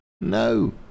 No